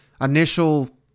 initial